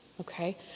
okay